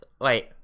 Wait